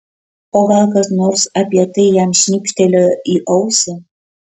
o gal kas nors apie tai jam šnibžtelėjo į ausį